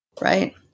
Right